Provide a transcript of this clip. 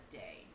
day